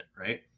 Right